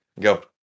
go